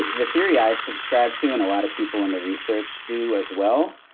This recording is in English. the the theory i subscribe to and a lot of people in the research do as well,